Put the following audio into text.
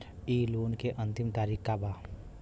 इ लोन के अन्तिम तारीख का बा?